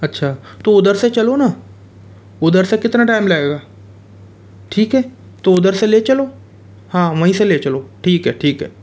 अच्छा तो उधर से चलो ना उधर से कितना टाइम लगेगा ठीक है तो उधर से ले चलो हाँ वहीं से ले चलो ठीक है ठीक है